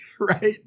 Right